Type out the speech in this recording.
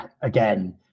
again